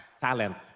talent